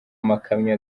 amakamyo